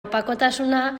opakutasuna